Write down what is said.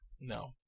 no